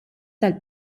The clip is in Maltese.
tal